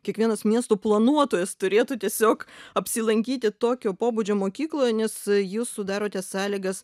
kiekvienas miesto planuotojas turėtų tiesiog apsilankyti tokio pobūdžio mokykloje nes jūs sudarote sąlygas